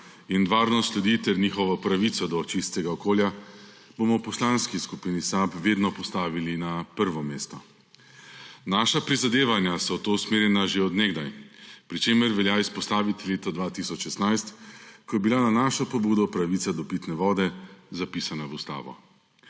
in varnost ljudi ter njihovo pravico do čistega okolja bomo v Poslanski skupini SAB vedno postavili na prvo mesto. Naša prizadevanja so v to usmerjena že od nekdaj, pri čemer velja izpostaviti leto 2016, ko je bila na našo pobudo pravica do pitne vode zapisana v ustavo.